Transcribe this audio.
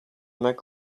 mac